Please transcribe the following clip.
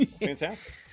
Fantastic